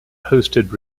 hosted